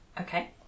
Okay